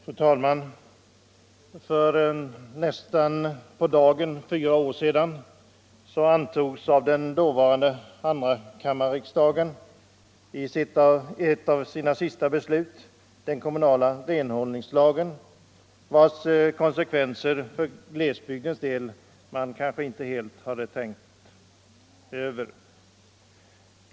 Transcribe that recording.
Fru talman! För nästan på dagen fyra år sedan antog den dåvarande tvåkammarriksdagen i ett av sina sista beslut den kommunala renhållningslagen, vars konsekvenser för glesbygden man kanske inte helt hade tänkt över.